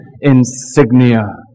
insignia